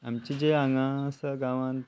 आमचे हांगा आसा गांवांत